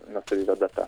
nustatyta data